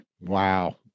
Wow